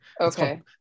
Okay